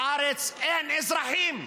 בארץ אין אזרחים,